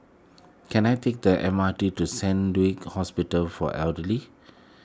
can I take the M R T to Saint Luke's Hospital for Elderly